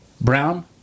Brown